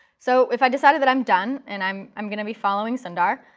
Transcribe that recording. so if i decided that i'm done, and i'm i'm going to be following sundar,